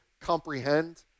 comprehend